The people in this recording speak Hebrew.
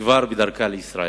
כבר בדרכה לישראל.